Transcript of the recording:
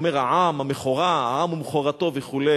הוא אומר: העם, המכורה, העם ומכורתו וכו'.